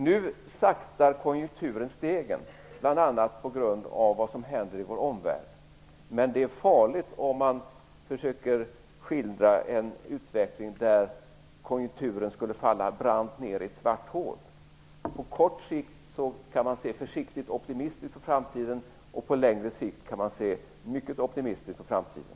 Nu saktar konjunkturen stegen, bl.a. på grund av vad som händer i vår omvärld. Men det är farligt om man försöker skildra en utveckling där konjunkturen skulle falla brant ned i ett svart hål. På kort sikt kan man se försiktigt optimistiskt på framtiden. På längre sikt kan man se mycket optimistiskt på framtiden.